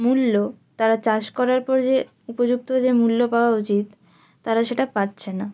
মূল্য তারা চাষ করার পর যে উপযুক্ত যে মূল্য পাওয়া উচিত তারা সেটা পাচ্ছে না